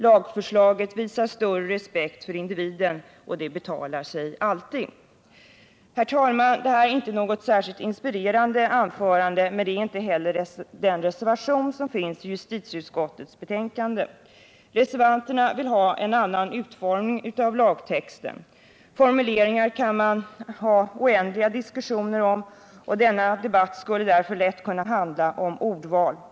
Lagförslaget visar större respekt för individen, och det betalar sig alltid. Herr talman! Det här är inte något särskilt inspirerande anförande, men inte heller den till justitieutskottets betänkande fogade reservationen är särskilt inspirerande. Reservanterna vill ha en annan utformning av lagtex ten. Formuleringen kan man ha oändliga diskussioner om och denna debatt skulle därför lätt kunna handla om ordval.